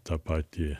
ta pati